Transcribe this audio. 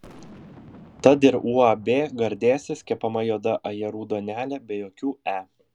tad ir uab gardėsis kepama juoda ajerų duonelė be jokių e